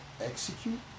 execute